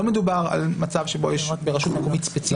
לא מדובר על מצב שבו יש ברשות מקומית ספציפית.